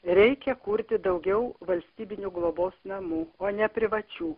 reikia kurti daugiau valstybinių globos namų o ne privačių